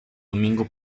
domingo